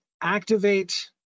activate